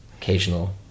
occasional